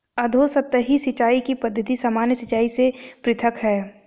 अधोसतही सिंचाई की पद्धति सामान्य सिंचाई से पृथक है